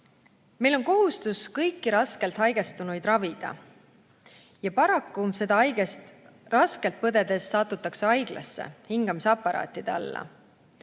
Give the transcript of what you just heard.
Meil on kohustus kõiki raskelt haigestunuid ravida. Ja paraku seda haigust raskelt põdedes satutakse haiglasse hingamisaparaatide alla.